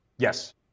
Yes